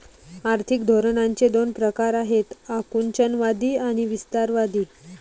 आर्थिक धोरणांचे दोन प्रकार आहेत आकुंचनवादी आणि विस्तारवादी